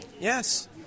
Yes